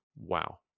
wow